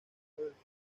comunismo